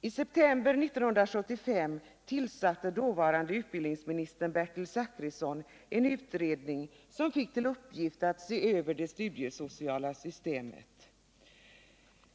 I september 1975 tillsatte dåvarande utbildningsministern Bertil Zachrisson en utredning som fick till uppgift att se över det studiesociala systemet.